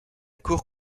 cour